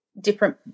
different